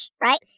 right